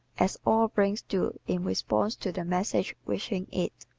as all brains do in response to the messages reaching it,